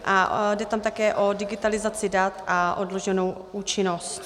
A jde tam také o digitalizaci dat a odloženou účinnost.